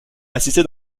assisté